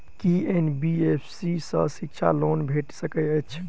की NBFC सँ शिक्षा loan भेटि सकैत अछि?